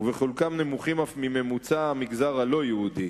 ובחלקם נמוכים אף מממוצע המגזר הלא-יהודי,